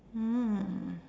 mm